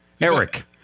Eric